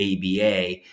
ABA